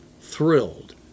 thrilled